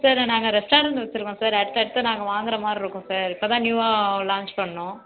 sir நாங்கள் restaurant வைச்சுருக்கோம் sir அடுத்தடுத்து நாங்கள் வாங்குகிற மாதிரி இருக்கும் சார் இப்போ தான் நியூவாக லாஞ்ச் பண்ணிணோம்